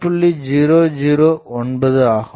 009 ஆகும்